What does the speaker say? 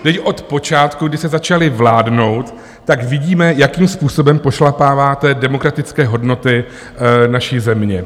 Teď od počátku, kdy jste začali vládnout, tak vidíme, jakým způsobem pošlapáváte demokratické hodnoty naší země.